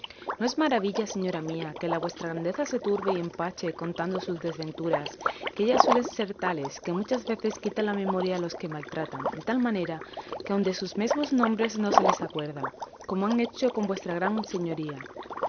no es maravilla señora mía que la vuestra grandeza se turbe y empache contando sus desventuras que ellas suelen ser tales que muchas veces quitan la memoria a los que maltratan de tal manera que aun de sus mesmos nombres no se les acuerda como han hecho con vuestra gran señoría